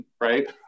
right